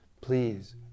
please